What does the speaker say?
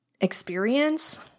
Experience